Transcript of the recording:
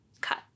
cut